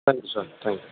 thank you sir thank you